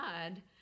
God